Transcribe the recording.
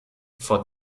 vor